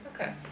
Okay